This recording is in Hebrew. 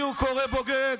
לי הוא קורא בוגד?